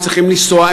הם צריכים לנסוע,